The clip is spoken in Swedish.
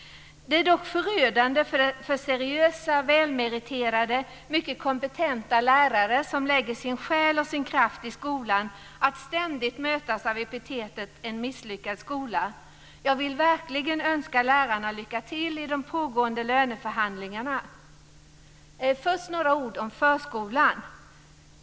Det är dock förödande för seriösa, välmeriterade, mycket kompetenta lärare som lägger sin själ och sin kraft i skolan att ständigt mötas av epitetet en misslyckad skola. Jag vill verkligen önska lärarna lycka till i de pågående löneförhandlingarna. Först några ord om förskolan.